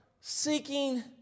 seeking